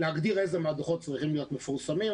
להגדיר איזה מהדוחות צריכים להיות מפורסמים.